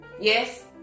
Yes